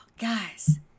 guys